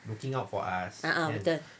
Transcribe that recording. a'ah